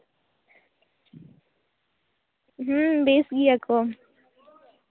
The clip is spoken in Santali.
ᱦᱩᱸ ᱵᱮᱥ ᱜᱮᱭᱟ ᱠᱚ